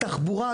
אגב התחבורה,